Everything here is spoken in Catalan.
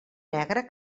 negre